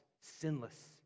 sinless